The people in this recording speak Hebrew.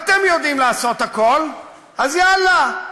אתם יודעים לעשות הכול, אז יאללה.